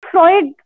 Freud